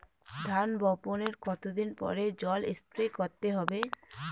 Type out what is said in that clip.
ধান বপনের কতদিন পরে জল স্প্রে করতে হবে?